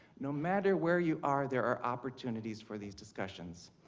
no matter where you are, there are opportunities for these discussions.